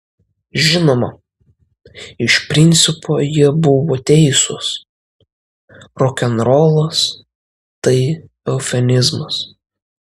žinoma iš principo jie buvo teisūs rokenrolas tai eufemizmas